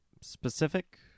specific